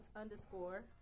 underscore